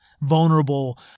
vulnerable